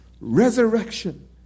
resurrection